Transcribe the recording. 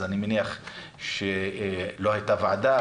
אז אני מניח שלא הייתה ועדה,